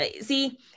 See